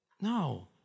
no